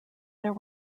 there